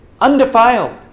undefiled